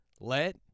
Let